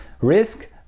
Risk